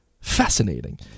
fascinating